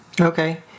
Okay